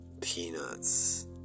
peanuts